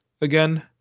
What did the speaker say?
again